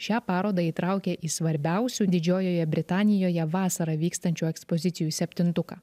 šią parodą įtraukė į svarbiausių didžiojoje britanijoje vasarą vykstančių ekspozicijų septintuką